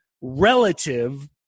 relative